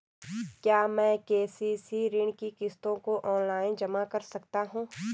क्या मैं के.सी.सी ऋण की किश्तों को ऑनलाइन जमा कर सकता हूँ?